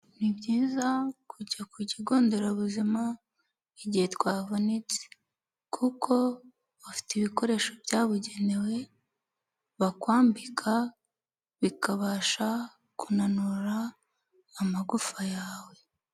Ni byizayiza kujya ku kigonderabuzima igihe twavunitse kuko bafite ibikoresho byabugenewe bakwambika bikabasha kunanura amagufa yawe.